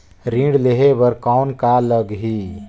ऋण लेहे बर कौन का लगही?